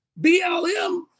BLM